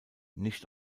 nicht